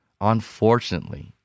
Unfortunately